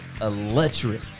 electric